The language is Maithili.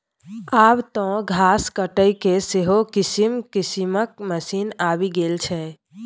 आब तँ घास काटयके सेहो किसिम किसिमक मशीन आबि गेल छै